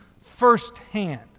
firsthand